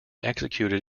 executed